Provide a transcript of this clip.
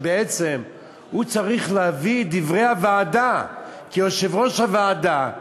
כשבעצם הוא צריך להביא את דברי הוועדה כיושב-ראש הוועדה,